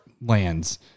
lands